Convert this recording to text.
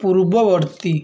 ପୂର୍ବବର୍ତ୍ତୀ